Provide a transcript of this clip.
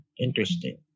Interesting